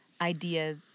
idea